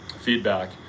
feedback